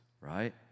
right